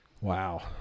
wow